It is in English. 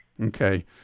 Okay